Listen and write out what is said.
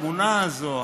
התמונה הזאת,